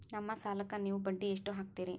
ನಮ್ಮ ಸಾಲಕ್ಕ ನೀವು ಬಡ್ಡಿ ಎಷ್ಟು ಹಾಕ್ತಿರಿ?